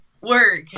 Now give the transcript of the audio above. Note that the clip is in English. work